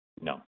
No